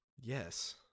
Yes